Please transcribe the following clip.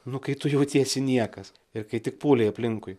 nu kai tu jautiesi niekas ir kai tik pūliai aplinkui